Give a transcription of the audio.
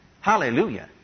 Hallelujah